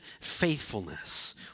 faithfulness